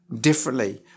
differently